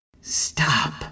Stop